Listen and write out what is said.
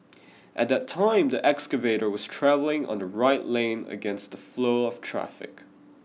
at that time the excavator was travelling on the right lane against the flow of traffic